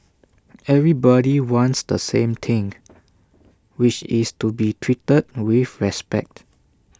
everybody wants the same thing which is to be treated with respect